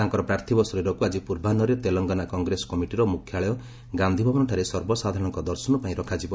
ତାଙ୍କର ପାର୍ଥିବ ଶରୀରକୁ ଆଜି ପ୍ରର୍ବାହ୍ନରେ ତେଲଙ୍ଗନା କଂଗ୍ରେସ କମିଟିର ମୁଖ୍ୟାଳୟ ଗାନ୍ଧି ଭବନଠାରେ ସର୍ବସାଧାରଣଙ୍କ ଦର୍ଶନ ପାଇଁ ରଖାଯିବ